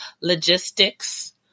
logistics